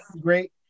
great